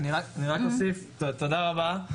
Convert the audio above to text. תודה רבה,